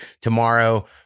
tomorrow